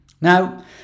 Now